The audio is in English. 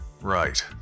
Right